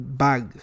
bag